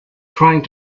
trying